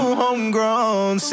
homegrown